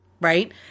Right